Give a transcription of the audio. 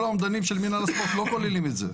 כל האומדנים של מינהל הספורט לא כוללים את זה.